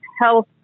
health